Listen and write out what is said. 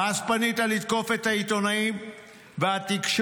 ואז פנית לתקוף את העיתונאים והתקשורת,